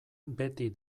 beti